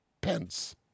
pence